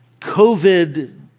covid